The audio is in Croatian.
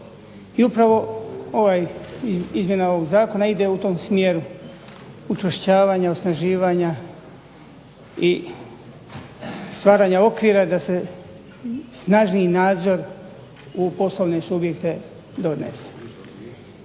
i upravo izmjena ovog Zakona ide u tom smjeru učvršćivanja, stvaranja okvira da se snažniji nadzor u poslovne subjekte donese.